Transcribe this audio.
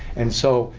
and so,